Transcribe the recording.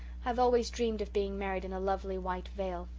i've always dreamed of being married in a lovely white veil.